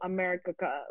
America